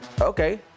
Okay